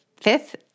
fifth